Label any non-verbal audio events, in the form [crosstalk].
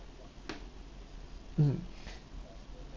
mm [breath]